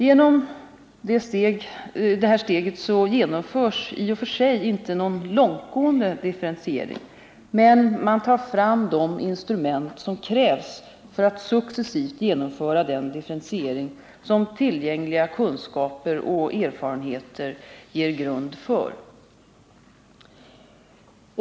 Genom detta steg genomförs i och för sig inte någon långtgående differentiering — men man tar fram de instrument som krävs för att successivt genomföra den differentiering som tillgängliga kunskaper och erfarenheter ger grund för.